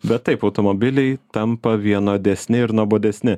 bet taip automobiliai tampa vienodesni ir nuobodesni